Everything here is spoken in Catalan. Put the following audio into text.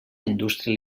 indústria